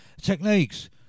techniques